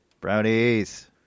Brownies